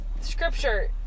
scripture